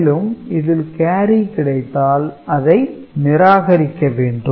மேலும் இதில் கேரி கிடைத்தால் அதை நிராகரிக்க வேண்டும்